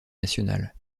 nationale